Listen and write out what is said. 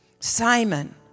Simon